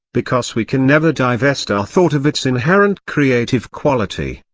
because we can never divest our thought of its inherent creative quality,